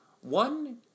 one